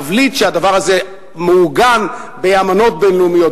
להבליט שהדבר הזה מעוגן באמנות בין-לאומיות,